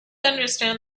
understand